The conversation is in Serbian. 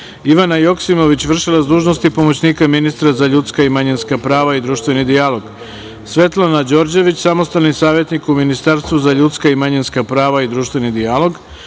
Ivana Joksimović, vršilac dužnosti pomoćnika ministra za ljudska i manjinska prava i društveni dijalog, Svetlana Đorđević, samostalni savetnik u Ministarstvu za ljudska i manjinska prava i društveni dijalog,